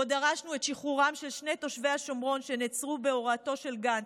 שבו דרשנו את שחרורם של שני תושבי השומרון שנעצרו בהוראתו של גנץ,